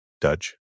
Dutch